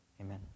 amen